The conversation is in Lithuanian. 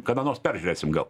kada nors peržiūrėsim gal